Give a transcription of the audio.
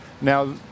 Now